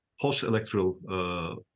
post-electoral